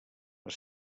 les